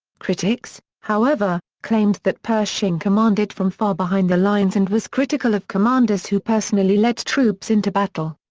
critics, however, claimed that pershing commanded from far behind the lines and was critical of commanders who personally led troops into battle.